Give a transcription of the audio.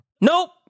Nope